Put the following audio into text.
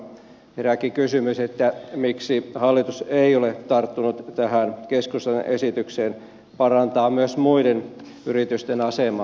herääkin kysymys miksi hallitus ei ole tarttunut tähän keskustan esitykseen parantaa myös muiden yritysten asemaa